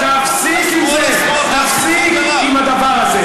תפסיקו עם זה כבר.